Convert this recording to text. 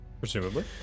presumably